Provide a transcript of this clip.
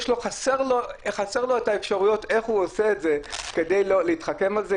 חסרים לו אפשרויות איך הוא עושה את זה כדי להתחכם עם זה?